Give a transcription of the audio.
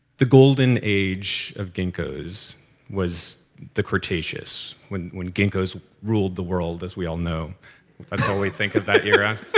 the golden age of ginkgos was the cretaceous, when when ginkgos ruled the world, as we all know. that's what we think of that era